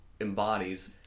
embodies